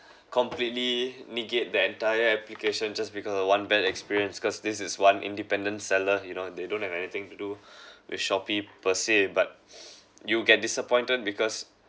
completely negate the entire application just because of one bad experience cause this is one independent seller you know they don't have anything to do with Shopee per se but you get disappointed because